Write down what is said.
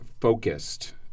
focused